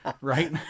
Right